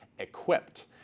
equipped